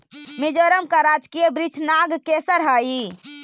मिजोरम का राजकीय वृक्ष नागकेसर हई